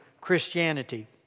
Christianity